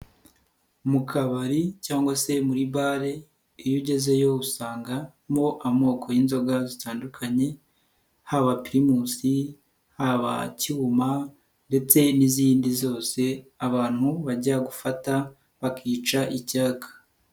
Mu kabari cyangwa se muri bar iyo ugezeyo usangamo amoko y'inzoga zitandukanye haba primus, haba ibyuma ndetse n'izindi zose abantu bajya gufata bakica icyaka.